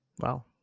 Wow